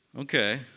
Okay